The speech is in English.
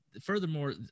furthermore